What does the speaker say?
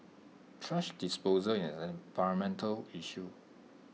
thrash disposal is an environmental issue